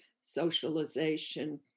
socialization